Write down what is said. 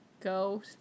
Go